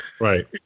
right